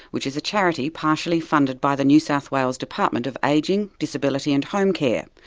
which is a charity partially funded by the new south wales department of ageing, disability and home care.